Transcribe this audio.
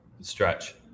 Stretch